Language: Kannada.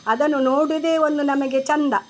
ಅದನ್ನು ನೋಡೋದೆ ಒಂದು ನಮಗೆ ಚಂದ